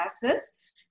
classes